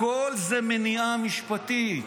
הכול זה מניעה משפטית.